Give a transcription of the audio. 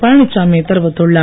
பழனிச்சாமி தெரிவித்துள்ளார்